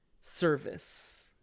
service